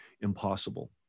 impossible